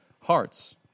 hearts